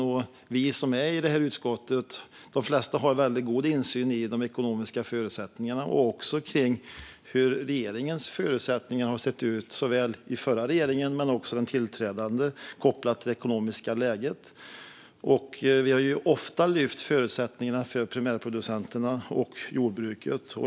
De flesta av oss i miljö och jordbruksutskottet har god insyn i de ekonomiska förutsättningarna och hur regeringens - både den förra regeringens och den tillträdande regeringens - förutsättningar har sett ut kopplat till det ekonomiska läget. Vi har ofta tagit upp förutsättningarna för primärproducenterna och jordbruket.